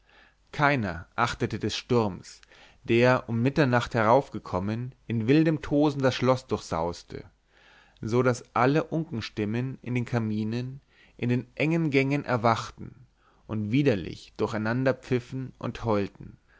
keiner achtete des sturms der um mitternacht heraufgekommen in wildem tosen das schloß durchsauste so daß alle unkenstimmen in den kaminen in den engen gängen erwachten und widerlich durcheinander pfiffen und heulten